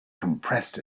compressed